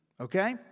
Okay